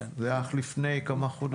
זה היה לפני כמה חודשים.